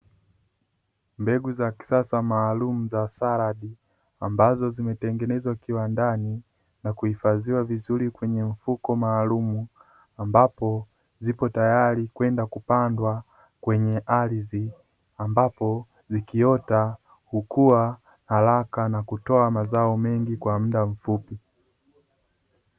Mbegu za kisasa maalumu za saladi, ambazo zimetengenezwa kiwandani na kuhifadhiwa vizuri kwenye mfuko maalumu, ambapo zipo tayari kwenda kupandwa kwenye ardhi, ambapo zikiota hukua haraka na kutoa mazao mengi kwa muda mfupi.